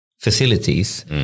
facilities